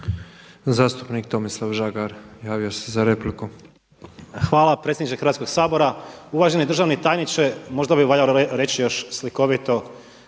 **Žagar, Tomislav (Nezavisni)** Hvala predsjedniče Hrvatskoga sabora. Uvaženi državni tajniče možda bi valjalo reći još slikovito,